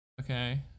Okay